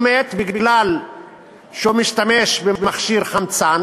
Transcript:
הוא מת מפני שהוא השתמש במכשיר חמצן